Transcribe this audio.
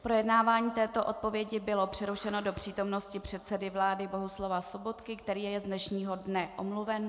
Projednávání této odpovědi bylo přerušeno do přítomnosti předsedy vlády Bohuslava Sobotky, který je z dnešního dne omluven.